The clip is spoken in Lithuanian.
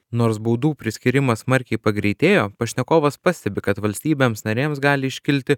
nors baudų priskyrimas smarkiai pagreitėjo pašnekovas pastebi kad valstybėms narėms gali iškilti